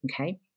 Okay